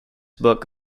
book